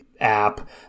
app